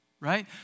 Right